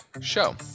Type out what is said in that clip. show